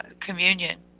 communion